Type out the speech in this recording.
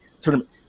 tournament